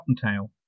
cottontail